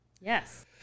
Yes